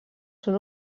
són